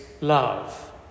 love